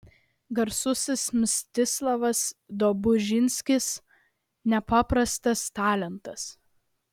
garsusis mstislavas dobužinskis nepaprastas talentas